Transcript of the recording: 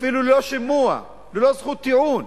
אפילו לא שימוע ולא זכות טיעון.